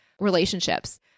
Relationships